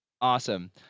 Awesome